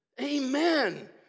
Amen